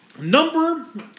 number